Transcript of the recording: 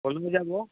কলৈ যাব